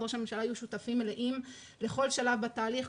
ראש הממשלה היו שותפים מלאים לכל שלב בתהליך,